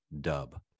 dub